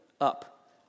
up